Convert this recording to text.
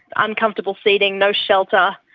uncomfortable seating, no shelter,